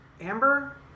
Amber